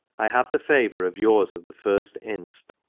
i have the favour of yours of the first inst,